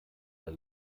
der